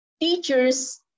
Teachers